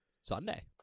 Sunday